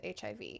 HIV